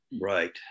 Right